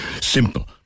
simple